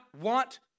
want